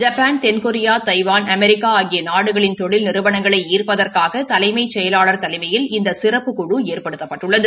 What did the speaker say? Japan தென்கொரியா Taiwan America ஆகிய நாடுகளின் தொழில் நிறுவனங்களை ஈப்பதற்காக தலைமைச் செயலாள் தலைமையில் இந்த சிறப்பு குழு ஏற்படுத்தப்பட்டுள்ளது